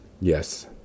Yes